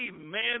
Amen